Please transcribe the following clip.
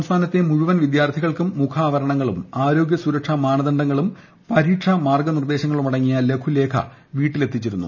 സംസ്ഥാനത്തെ മുഴുവൻ വിദ്യാർത്ഥികൾക്കും മുഖാവരണങ്ങളും ആരോഗൃ സുരക്ഷാ മാനദണ്ഡങ്ങളും പരീക്ഷാ മാർഗ്ഗനിർദ്ദേശങ്ങളുമടങ്ങിയ ലഘുലേഖ വീട്ടിലെത്തിച്ചിരുന്നു